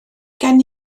gen